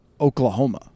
oklahoma